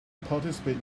participate